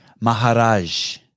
Maharaj